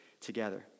together